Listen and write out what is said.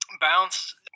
Bounce